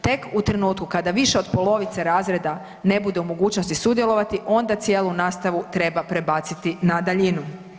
Tek u trenutku kad više od polovice razreda ne bude u mogućnosti sudjelovati, onda cijelu nastavu treba prebaciti na daljinu.